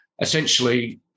essentially